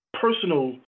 personal